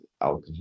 alcohol